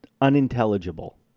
unintelligible